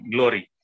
Glory